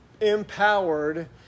empowered